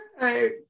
right